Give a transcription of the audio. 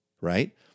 Right